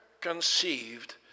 conceived